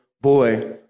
boy